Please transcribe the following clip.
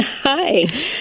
Hi